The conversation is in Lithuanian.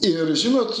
ir žinot